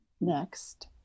next